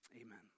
Amen